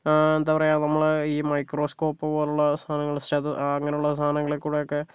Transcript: എന്താ പറയുക നമ്മള് ഈ മൈക്രോസ്കോപ്പ് പോലുള്ള സാധനങ്ങള് അങ്ങനെയുള്ള സാധനങ്ങളിൽ കൂടിയൊക്കെ